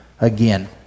again